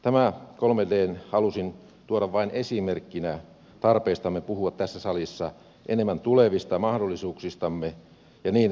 tämä kolme tee halusin tuoda vain esimerkkinä tarpeestamme puhua tässä salissa enemmän tulevista mahdollisuuksistamme ja niin